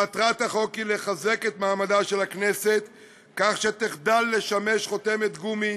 מטרת החוק היא לחזק את מעמדה של הכנסת כך שתחדל לשמש חותמת גומי